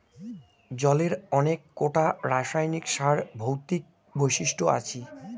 জলের অনেক কোটা রাসায়নিক আর ভৌতিক বৈশিষ্ট আছি